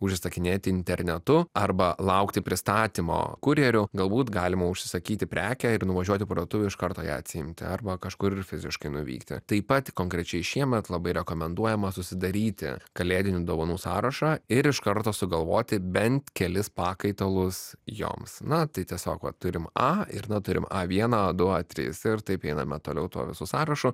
užsisakinėti internetu arba laukti pristatymo kurjeriu galbūt galima užsisakyti prekę ir nuvažiuoti į parduotuvę iš karto ją atsiimti arba kažkur fiziškai nuvykti taip pat konkrečiai šiemet labai rekomenduojama susidaryti kalėdinių dovanų sąrašą ir iš karto sugalvoti bent kelis pakaitalus joms na tai tiesiog va turim a ir na turim a vieną a du a trys ir taip einam toliau tuo visu sąrašu